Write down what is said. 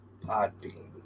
Podbean